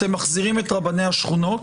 אתם מחזירים את רבני השכונות.